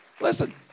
Listen